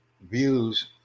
views